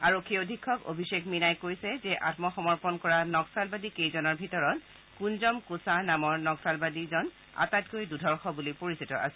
আৰক্ষী অধীক্ষক অভিযেক মীনাই কৈছে যে আম্মসমৰ্পণ কৰা নক্সালবাদী কেইজনৰ ভিতৰত কুঞ্জম কোচা নামৰ নক্সালবাদীজন আটাইতকৈ দুৰ্ধৰ্ষ বুলি পৰিচিত আছিল